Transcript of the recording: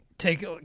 take